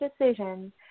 decision